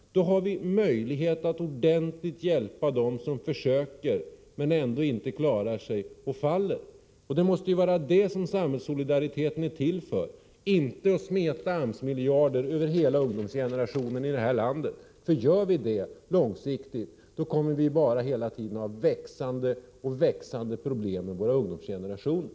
Då har vi möjlighet att ordentligt hjälpa dem som försöker men ändå inte klarar sig och faller. Det måste vara det som samhällssolidariteten är till för, inte för att smeta AMS-miljarder över hela ungdomsgenerationen här i landet. Gör vi det, kommer vi långsiktigt bara att få växande problem med våra ungdomsgenerationer.